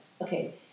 okay